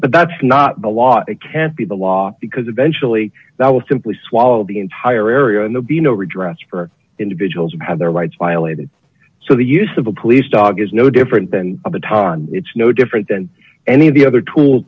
but that's not the law it can't be the law because eventually that will simply swallow the entire area and the be no redress for individuals who have their rights violated so the use of a police dog is no different than a baton it's no different than any of the other tools